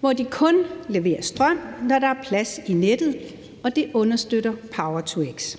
hvor de kun leverer strøm, når der er plads i nettet, og det understøtter power-to-x.